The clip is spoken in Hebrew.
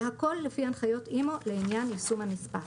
והכול לפי הנחיות אימ"ו לעניין יישום הנספח.